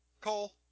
Cole